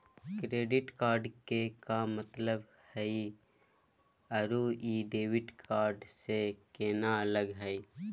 Credit card के का मतलब हई अरू ई डेबिट कार्ड स केना अलग हई?